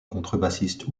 contrebassiste